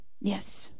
Yes